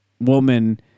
woman